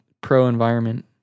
pro-environment